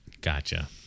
gotcha